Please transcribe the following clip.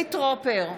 חילי טרופר,